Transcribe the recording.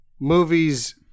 Movies